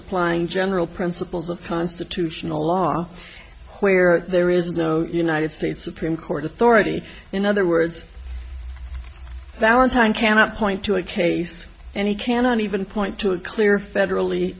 applying general principles of constitutional law where there is no united states supreme court authority in other words valentine cannot point to a case and he cannot even point to a clear federally